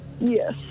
Yes